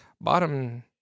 bottom